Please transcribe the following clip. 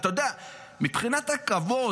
מבחינת הכבוד,